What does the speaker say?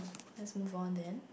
let's move on then